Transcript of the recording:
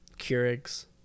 Keurig's